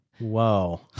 Whoa